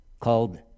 called